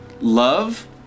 Love